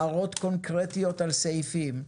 הערות קונקרטיות על סעיפים,